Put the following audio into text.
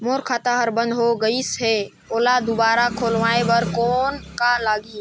मोर खाता हर बंद हो गाईस है ओला दुबारा खोलवाय म कौन का लगही?